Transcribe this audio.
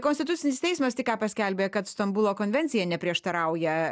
konstitucinis teismas tik ką paskelbė kad stambulo konvencija neprieštarauja